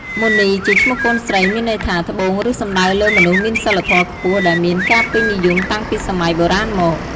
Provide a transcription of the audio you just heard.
មុនីជាឈ្មោះកូនស្រី មានន័យថា ត្បូង ឬសំដៅលើ មនុស្សមានសីលធម៌ខ្ពស់ ដែលមានការពេញនិយមតាំងពីសម័យបុរាណមក។